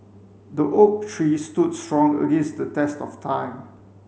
the oak tree stood strong against the test of time